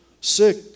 sick